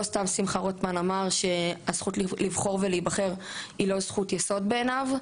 לא סתם שמחה רוטמן אמר שהזכות לבחור ולהיבחר היא לא זכות יסוד בעיניו,